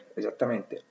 esattamente